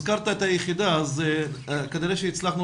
הזכרת את היחידה אז כנראה שהצלחנו